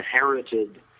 inherited